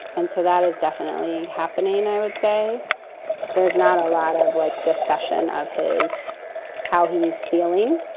and so that is definitely happening. i would say there's not a lot of like discussion of his how he's feeling.